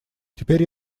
теперь